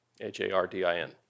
H-A-R-D-I-N